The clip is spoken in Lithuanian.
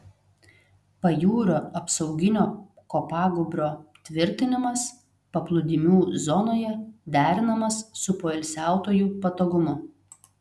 pajūrio apsauginio kopagūbrio tvirtinimas paplūdimių zonoje derinamas su poilsiautojų patogumu